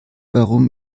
warum